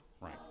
Right